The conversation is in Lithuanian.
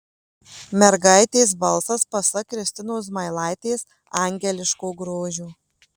mergaitės balsas pasak kristinos zmailaitės angeliško grožio